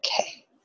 Okay